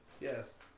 Yes